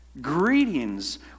Greetings